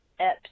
Eps